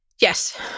Yes